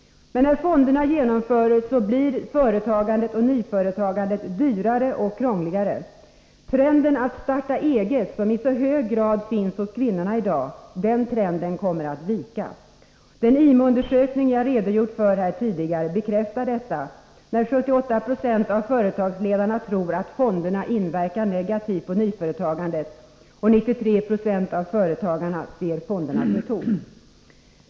Men när fonderna genomförs blir företagandet och nyföretagandet dyrare och krångligare. Trenden att starta eget, som i så hög grad finns hos kvinnorna i dag, kommer att vika. Den IMU-undersökning jag redogjort för tidigare bekräftar detta. 78 Yo av företagsledarna tror att fonderna inverkar negativt på nyföretagandet, och 93 96 av företagarna ser fonderna som ett hot.